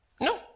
No